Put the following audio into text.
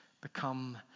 become